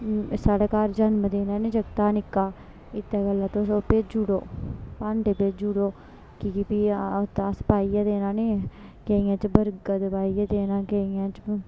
साढ़ै घर जन्मदिन ऐ नि जागता दा निक्का इत्ता गल्ला तुस भेजी उड़ो भांडे भेजी उड़ो कि के फ्ही अस पाइयै देना नी केइयें च बर्गर पाइयै देना केइयें च